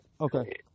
Okay